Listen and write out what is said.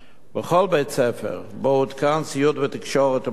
בכל בית-ספר שבו הותקן ציוד תקשורת ומחשבים